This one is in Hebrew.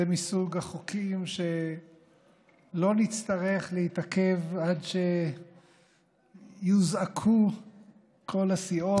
זה מסוג החוקים שלא נצטרך להתעכב איתו עד שיוזעקו כל הסיעות.